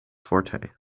forte